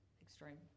extreme